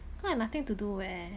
cause I nothing to do eh